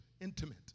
intimate